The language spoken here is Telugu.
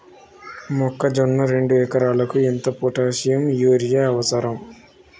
మొక్కజొన్న రెండు ఎకరాలకు ఎంత పొటాషియం యూరియా అవసరం?